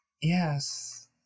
Yes